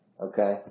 okay